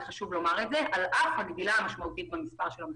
על אף הגדילה המשמעותית במספר המפוקחים.